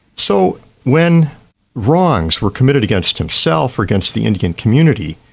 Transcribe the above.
so when wrongs were committed against himself or against the indian community,